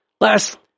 Last